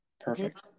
Perfect